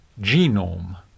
genome